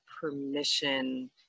permission